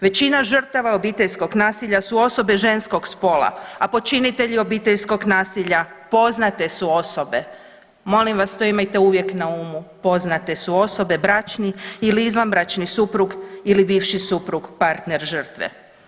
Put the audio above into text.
Većina žrtava obiteljskog nasilja su osobe ženskog spola, a počinitelji obiteljskog nasilja poznate su osobe, molim vas to imajte uvijek na umu, poznate su osobe, bračni ili izvanbračni suprug ili bivši suprug partner žrtve.